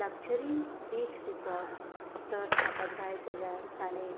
luxury beach resorts तर ताका जाय जाल्यार ताणें